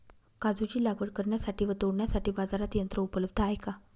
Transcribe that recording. काजूची लागवड करण्यासाठी व तोडण्यासाठी बाजारात यंत्र उपलब्ध आहे का?